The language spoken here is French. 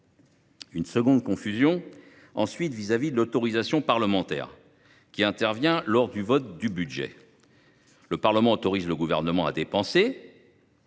une seconde confusion, au regard de l’autorisation parlementaire qui intervient lors du vote du budget. Le Parlement autorise le Gouvernement à dépenser,